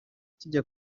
kijya